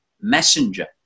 messenger